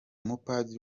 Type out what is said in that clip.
mupadiri